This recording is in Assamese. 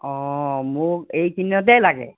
অঁ মোক এইকেইদিনতেই লাগে